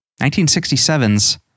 1967's